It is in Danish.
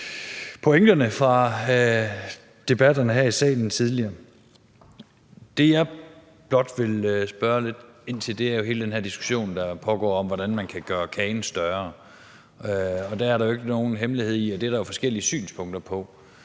pointerne, i debatterne her i salen tidligere. Det, jeg blot vil spørge lidt ind til, er jo hele den her diskussion, der pågår, om, hvordan man kan gøre kagen større. Det er jo ikke nogen hemmelighed, at der er forskellige synspunkter.